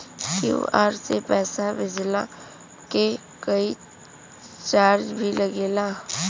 QR से पैसा भेजला के कोई चार्ज भी लागेला?